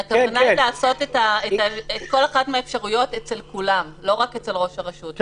הכוונה היא לעשות את כל אחת מהאפשרויות אצל כולם ולא רק אצל ראש הרשות.